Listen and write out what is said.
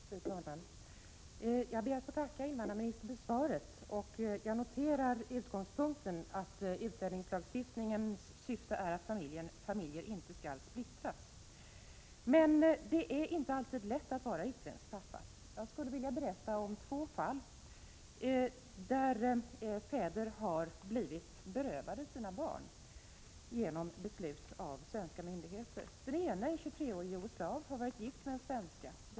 Prot. 1987/88:27 Fru talman! Jag ber att få tacka invandrarministern för svaret. Jag noterar 19 november 1987 utgångspunkten att utlänningslagstiftningens syfte är att familjer inte skall ä md sid a jeg Om åtgärder för att försplittras. Men det är inte alltid lätt att vara utländsk pappa. Jag skulle vilja hindra att familjer berätta om två fall där fäder har blivit berövade sina barn genom beslut av ; Det ena gäller en 23-årig jugoslav som har varit gift med en svenska.